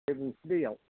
बे दैआव